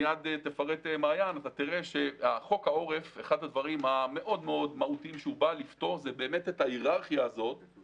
אתה תראה שאחד הדברים המהותיים ביותר שחוק העורף בא לפתור,